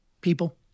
People